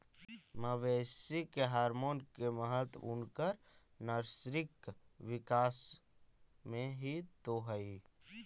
मवेशी के हॉरमोन के महत्त्व उनकर नैसर्गिक विकास में हीं तो हई